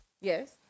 Yes